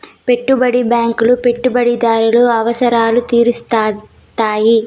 పెట్టుబడి బ్యాంకులు పెట్టుబడిదారుల అవసరాలు తీరుత్తాయి